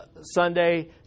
Sunday